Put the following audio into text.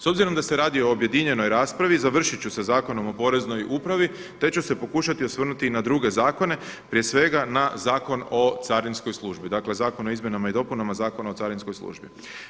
S obzirom da se radi o objedinjenoj raspravi završit ću sa Zakonom o poreznoj upravi, te ću se pokušati osvrnuti na druge zakone, prije svega na Zakon o carinskoj službi, dakle Zakon o izmjenama i dopunama Zakona o carinskoj službi.